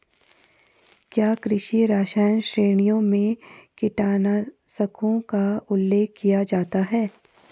क्या कृषि रसायन श्रेणियों में कीटनाशकों का उल्लेख किया जाता है?